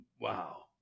Wow